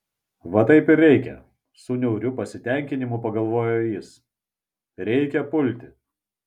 va taip ir reikia su niauriu pasitenkinimu pagalvojo jis reikia pulti